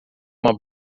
uma